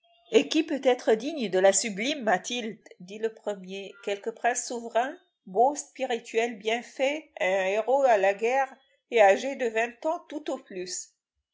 et qui peut être digne de la sublime mathilde dit le premier quelque prince souverain beau spirituel bien fait un héros à la guerre et âgé de vingt ans tout au plus